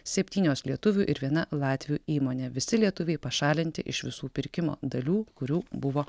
septynios lietuvių ir viena latvių įmonė visi lietuviai pašalinti iš visų pirkimo dalių kurių buvo